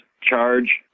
charge